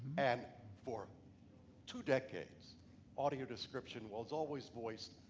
and for two decades audio description was always voiced,